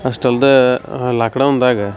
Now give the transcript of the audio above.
ಅಷ್ಟು ಅಲ್ದ ಲಾಕ್ಡೌನ್ದಾಗ